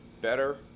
Better